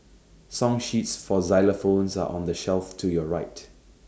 song sheets for xylophones are on the shelf to your right